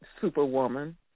superwoman